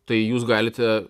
tai jūs galite